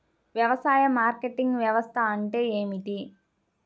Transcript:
వ్యవసాయ మార్కెటింగ్ వ్యవస్థ అంటే ఏమిటి?